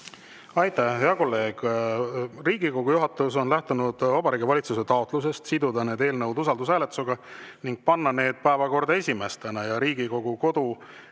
Aitäh! Hea kolleeg, Riigikogu juhatus on lähtunud Vabariigi Valitsuse taotlusest siduda need eelnõud usaldushääletusega ning panna need päevakorda esimesena. Riigikogu kodu‑